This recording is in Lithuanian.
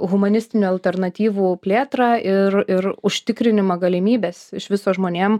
humanistinių alternatyvų plėtrą ir ir užtikrinimą galimybes iš viso žmonėm